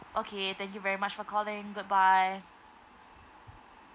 okay thank you very much for calling goodbye